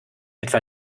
etwa